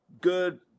Good